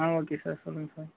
ஆ okay sir சொல்லுங்கள் sir